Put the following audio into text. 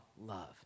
love